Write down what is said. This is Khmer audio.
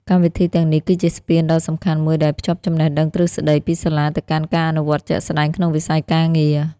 កម្មវិធីទាំងនេះគឺជាស្ពានដ៏សំខាន់មួយដែលភ្ជាប់ចំណេះដឹងទ្រឹស្តីពីសាលាទៅកាន់ការអនុវត្តជាក់ស្តែងក្នុងវិស័យការងារ។